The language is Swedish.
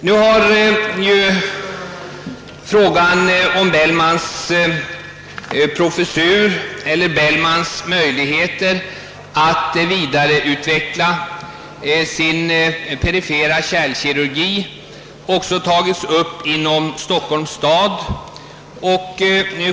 Nu har Bellmans möjligheter att vidareutveckla den perifera kärlkirurgien tagits upp också inom Stockholms stad.